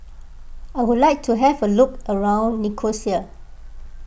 I would like to have a look around Nicosia